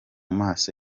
maso